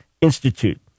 Institute